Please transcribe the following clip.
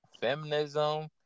feminism